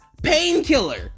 painkiller